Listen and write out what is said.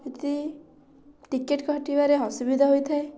ଯଦି ଟିକେଟ୍ କାଟିବାରେ ଅସୁବିଧା ହୋଇଥାଏ